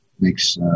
makes